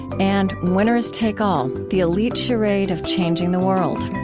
and winners take all the elite charade of changing the world